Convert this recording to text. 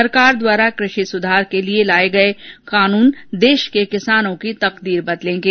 सरकार द्वारा कृषि सुधार के लिए लाये गये कानून देश के किसानों की तकदीर बदलेंगे